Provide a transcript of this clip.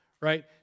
right